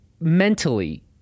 mentally